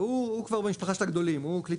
והוא כבר במשפחה של הגדולים הוא כבר כלי